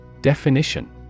Definition